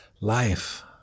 Life